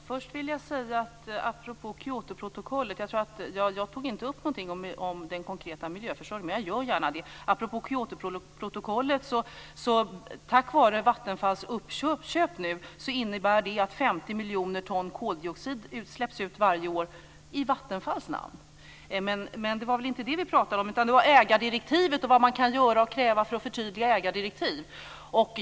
Fru talman! Jag tog inte upp den konkreta miljöförstöringen, men jag gör gärna det. Apropå Koyotoprotokollet vill jag säga att Vattenfalls köp innebär att 50 miljoner ton koldioxid släpps ut varje år i Vattenfalls namn. Men det var inte det vi pratade om. Det var ägardirektiven och vad man kan göra och kräva för att förtydliga dem.